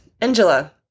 Angela